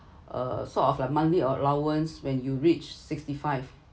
uh sort of like monthly allowance when you reach sixty five